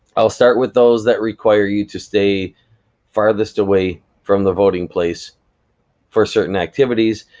i'll start with those that require you to stay farthest away from the voting place for certain activities,